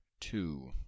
two